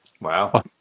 Wow